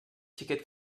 xiquet